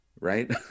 Right